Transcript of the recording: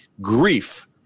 grief